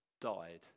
died